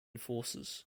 forces